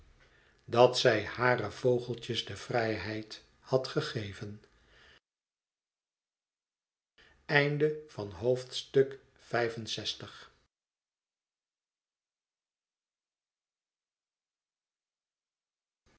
dat zij hare vogeltjes de vrijheid had gegeven